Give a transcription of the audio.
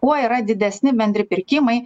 kuo yra didesni bendri pirkimai